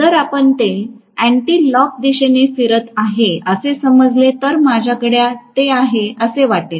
जर आपण ते अँटीक्लॉक दिशेने फिरत आहे असे समजले तर माझ्याकडे ते आहे असे वाटेल